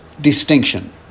distinction